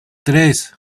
tres